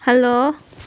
hello